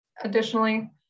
Additionally